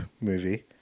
movie